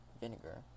vinegar